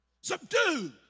Subdue